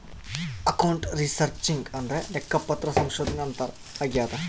account researching ಅಂದ್ರೆ ಲೆಕ್ಕಪತ್ರ ಸಂಶೋಧನೆ ಅಂತಾರ ಆಗ್ಯದ